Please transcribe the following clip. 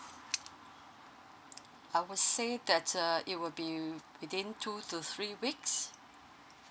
I would say that uh it will be within two to three weeks